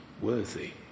worthy